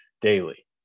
daily